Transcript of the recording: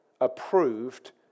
approved